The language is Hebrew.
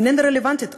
איננה רלוונטית עוד,